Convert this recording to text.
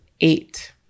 eight